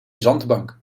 zandbank